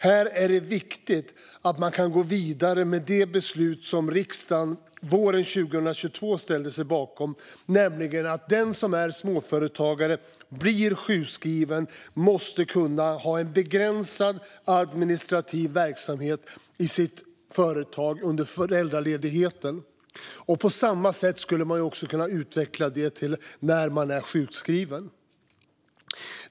Här är det viktigt att man kan gå vidare med det beslut som riksdagen fattade våren 2022 om att den som är småföretagare måste kunna ha en begränsad administrativ verksamhet i sitt företag under föräldraledigheten. På samma sätt skulle det också kunna utvecklas att gälla när man är sjukskriven.